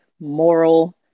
moral